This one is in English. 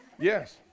Yes